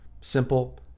Simple